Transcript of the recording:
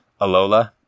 Alola